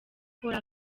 akora